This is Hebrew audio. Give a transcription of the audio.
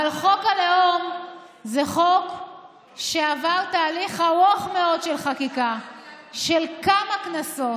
אבל חוק הלאום זה חוק שעבר תהליך ארוך מאוד של חקיקה של כמה כנסות,